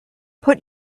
put